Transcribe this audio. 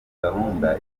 gahunda